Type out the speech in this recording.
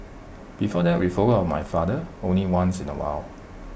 before that we followed my father only once in A while